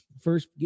first